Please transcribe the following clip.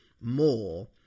more